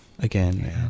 Again